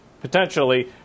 potentially